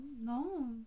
No